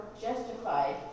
justified